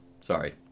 Sorry